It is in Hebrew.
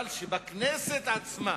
אבל שבכנסת עצמה